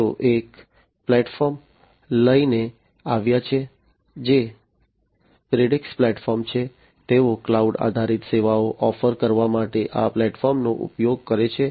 તેઓ એક પ્લેટફોર્મ લઈને આવ્યા છે જે પ્રિડિક્સ પ્લેટફોર્મ છે તેઓ ક્લાઉડ આધારિત સેવાઓ ઓફર કરવા માટે આ પ્લેટફોર્મનો ઉપયોગ કરે છે